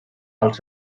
els